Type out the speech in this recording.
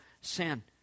sin